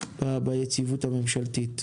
ביציבות הממשלתית.